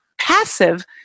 passive